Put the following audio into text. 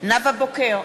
נאוה בוקר,